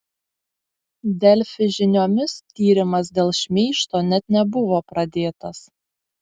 delfi žiniomis tyrimas dėl šmeižto net nebuvo pradėtas